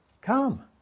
come